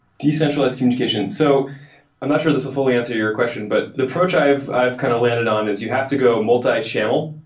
decentralized communication. so i'm not sure this will fully answer your question, but the approach i have i have kind of landed on is you have to go multi-channel.